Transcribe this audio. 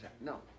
no